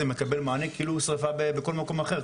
מקבל מענה כאילו הוא שריפה בכל מקום אחר,